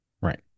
Right